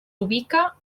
ubica